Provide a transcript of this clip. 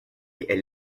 elles